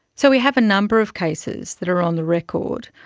so we have a number of cases that are on the record.